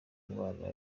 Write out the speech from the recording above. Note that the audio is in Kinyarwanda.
indwara